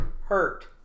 hurt